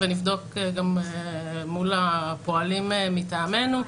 ונבדוק גם מול הפועלים מטעמנו.